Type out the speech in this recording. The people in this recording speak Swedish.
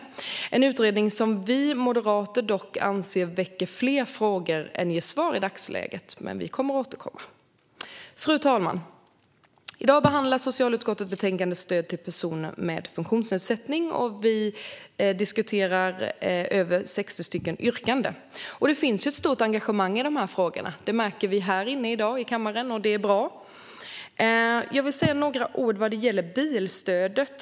Det är en utredning som vi moderater dock anser väcker fler frågor än ger svar i dagsläget, men vi kommer att återkomma till det. Fru talman! I dag behandlar vi socialutskottets betänkande Stöd till personer med funktionsnedsättning , och vi diskuterar över 60 yrkanden. Det finns ett stort engagemang i de här frågorna. Det märker vi här i kammaren, och det är bra. Jag vill säga några ord om bilstödet.